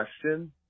question